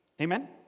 Amen